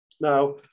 Now